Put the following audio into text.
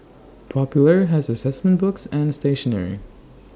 popular has Assessment books and stationery